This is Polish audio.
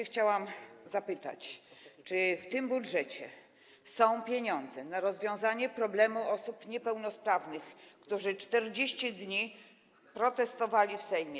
Chciałam zapytać, czy w tym budżecie są pieniądze na rozwiązanie problemu osób niepełnosprawnych, które 40 dni protestowały w Sejmie.